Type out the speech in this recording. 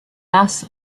lars